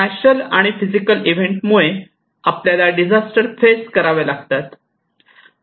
natural आणि physical event मुळे आपल्याला डिझास्टर फेस करावे लागतात